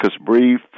brief